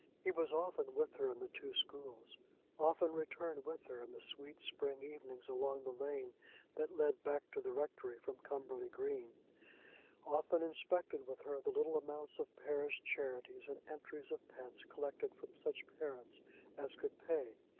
he was often with her in the two schools often returned with her in the sweet spring evenings along the lane that led back to the rectory from cumberly green often inspected with her the little amounts of parish charities and entries of pence collected from such parents as could pay.